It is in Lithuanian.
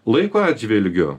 laiko atžvilgiu